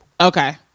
Okay